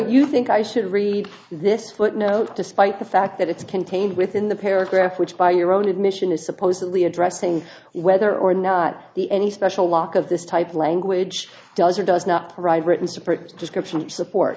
you think i should read this footnote despite the fact that it's contained within the paragraph which by your own admission is supposedly addressing whether or not the any special lock of this type of language does or does not provide written support description support